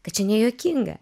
kad čia nejuokinga